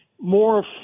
more